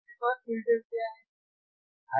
तो high pass filter क्या है